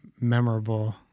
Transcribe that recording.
memorable